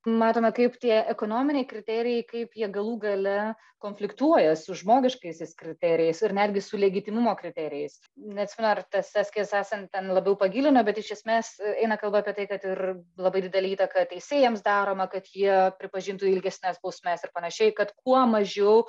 matome kaip tie ekonominiai kriterijai kaip jie galų gale konfliktuoja su žmogiškaisiais kriterijais ir netgi su legitimumo kriterijais neatsimenu ar ta saskia sassen ten labiau pagilino bet iš esmės eina kalba apie tai kad ir labai didelė įtaka teisėjams daroma kad jie pripažintų ilgesnes bausmes ir panašiai kad kuo mažiau